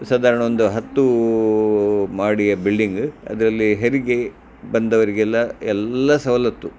ಸಧಾರಣ ಒಂದು ಹತ್ತು ಮಹಡಿಯ ಬಿಲ್ಡಿಂಗ ಅದರಲ್ಲಿ ಹೆರಿಗೆ ಬಂದವರಿಗೆಲ್ಲ ಎಲ್ಲ ಸವಲತ್ತು